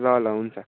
ल ल हुन्छ